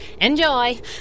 Enjoy